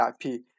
IP